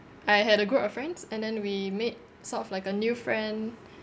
I had a group of friends and then we made sort of like a new friend